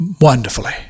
wonderfully